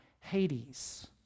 Hades